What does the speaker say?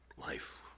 life